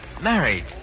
Married